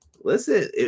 Listen